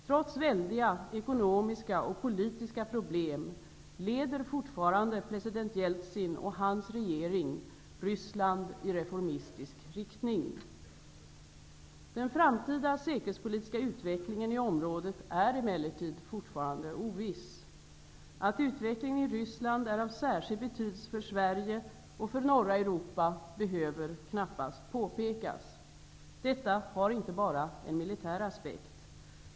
Trots väldiga ekonomiska och politiska problem leder fortfarande president Den framtida säkerhetspolitiska utvecklingen i området är emellertid fortfarande oviss. Att utvecklingen i Ryssland är av särskild betydelse för Sverige och för norra Europa behöver knappast påpekas. Detta har inte bara en militär aspekt.